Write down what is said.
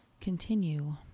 continue